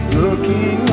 looking